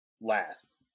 last